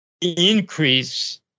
increase